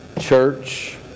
Church